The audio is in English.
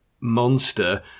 monster